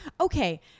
okay